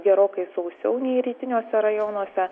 gerokai sausiau nei rytiniuose rajonuose